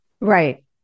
Right